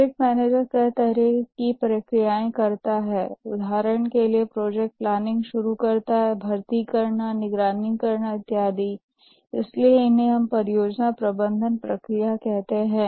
project manager कई तरह की प्रक्रियाएँ करता है उदाहरण के लिए प्रोजेक्ट प्लानिंग शुरू करना भर्ती करना निगरानी करना इत्यादि इसलिए इन्हें हम परियोजना प्रबंधन प्रक्रिया कहते हैं